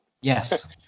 yes